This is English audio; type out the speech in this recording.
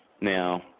now